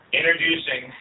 introducing